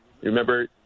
remember